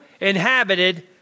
inhabited